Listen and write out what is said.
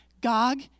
Gog